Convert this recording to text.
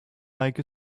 like